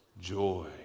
joy